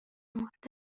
مورد